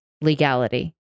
legality